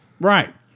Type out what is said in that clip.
right